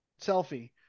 selfie